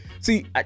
see